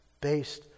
based